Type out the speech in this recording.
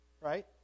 right